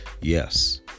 Yes